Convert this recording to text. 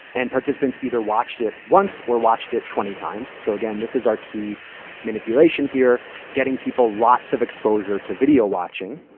and participants either watched it once or watched it twenty times. so again, this is our key manipulation here getting people lots of exposure to video watching,